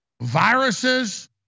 viruses